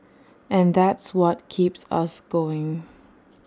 and that's what keeps us going